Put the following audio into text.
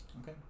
Okay